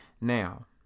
Now